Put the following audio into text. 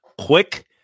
quick